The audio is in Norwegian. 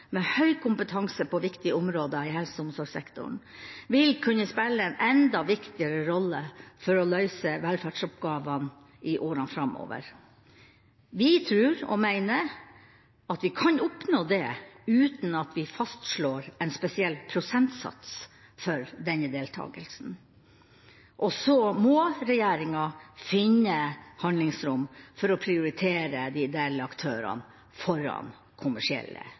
med høy kompetanse på viktige områder i helse- og omsorgssektoren, vil kunne spille en enda viktigere rolle for å løse velferdsoppgavene i årene framover. Vi tror og mener at vi kan oppnå det, uten at vi fastslår en spesiell prosentsats for denne deltakelsen. Og så må regjeringa finne handlingsrom for å prioritere de ideelle aktørene foran kommersielle